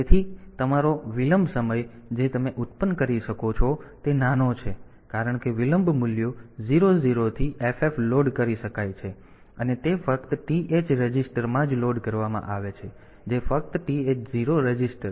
તેથી તમારો સમય વિલંબ જે તમે ઉત્પન્ન કરી શકો છો તે નાનો છે કારણ કે વિલંબ મૂલ્યો 00 થી FF લોડ કરી શકાય છે અને તે ફક્ત TH રજિસ્ટરમાં જ લોડ કરવામાં આવે છે જે ફક્ત TH 0 રજિસ્ટર છે